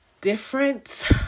different